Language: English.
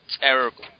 terrible